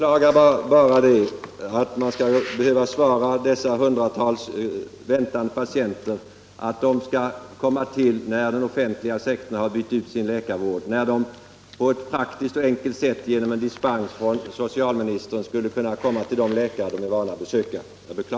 Herr talman! Jag beklagar att man skall behöva säga till dessa hundratals väntande patienter, att de skall få komma till läkaren när den offentliga sektorn har byggt ut läkarvården, då de med en så enkel och praktisk åtgärd som en dispens från socialministerns sida skulle kunna komma till den läkare som de är vana att besöka.